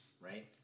right